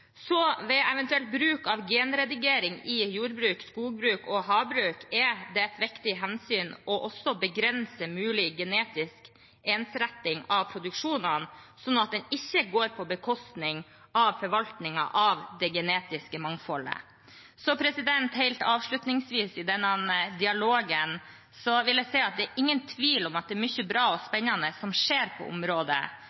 Så ved eventuell bruk av genredigering i jordbruk, skogbruk og havbruk er det et viktig hensyn å også begrense mulig genetisk ensretting av produksjonene, sånn at det ikke går på bekostning av forvaltningen av det genetiske mangfoldet. Helt avslutningsvis i denne dialogen vil jeg si at det ikke er noen tvil om at det er mye bra og